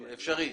אפשרית.